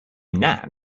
nan